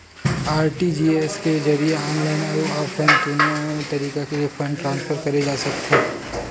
RTGS के जरिए online अउ ऑफलाइन दुनो तरीका ले फंड ट्रांसफर करे जा सकथे